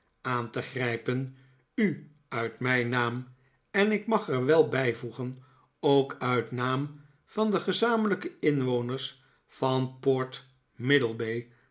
aan te grijpen u uit mijn naam en ik mag er wel bijvoegen ook uit naam van de gezamenlijke inwoners van port